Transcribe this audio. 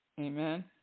Amen